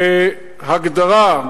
בהגדרה,